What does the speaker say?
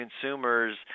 consumers